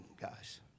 guys